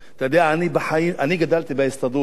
אתה יודע, אני גדלתי בהסתדרות.